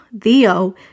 Theo